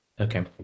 Okay